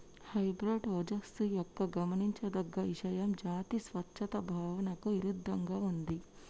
hybrid ఓజస్సు యొక్క గమనించదగ్గ ఇషయం జాతి స్వచ్ఛత భావనకు ఇరుద్దంగా ఉంది